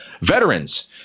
Veterans